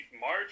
March